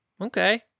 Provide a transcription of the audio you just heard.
Okay